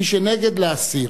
מי שנגד, להסיר.